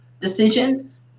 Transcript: decisions